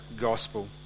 gospel